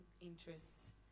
interests